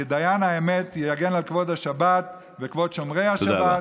ודיין האמת יגן על כבוד השבת וכבוד שומרי השבת,